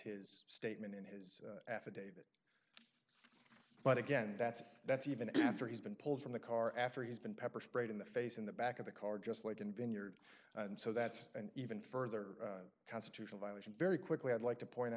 his statement in his affidavit but again that's that's even after he's been pulled from the car after he's been pepper sprayed in the face in the back of the car just like in vineyard and so that's an even further constitutional violation very quickly i'd like to